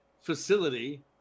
facility